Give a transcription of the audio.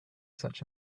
such